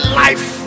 life